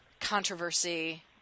controversy